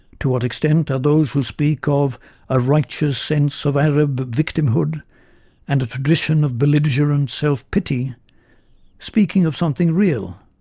to what extent are those who speak of a righteous sense of arab victimhood and a tradition of belligerent self-pity speaking of something real,